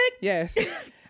Yes